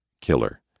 killer